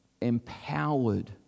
empowered